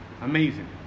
Amazing